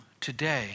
today